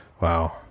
Wow